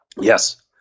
Yes